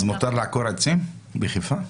אז מותר לעקור עצים בחיפה?